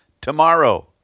tomorrow